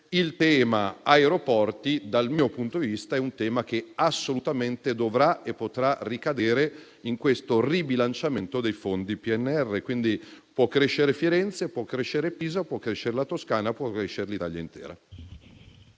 Il tema aeroporti, dal mio punto di vista, è un tema che assolutamente dovrà e potrà ricadere in questo ribilanciamento dei fondi PNRR. Quindi, può crescere Firenze, può crescere Pisa, può crescere la Toscana, può crescere l'Italia intera.